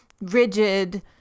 rigid